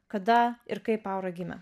kada ir kaip aura gimė